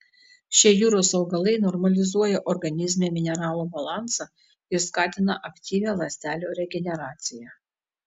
šie jūros augalai normalizuoja organizme mineralų balansą ir skatina aktyvią ląstelių regeneraciją